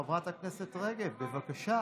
חברת הכנסת רגב, בבקשה,